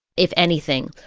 if anything,